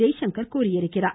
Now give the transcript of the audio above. ஜெய்சங்கர் தெரிவித்திருக்கிறார்